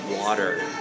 water